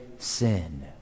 Sin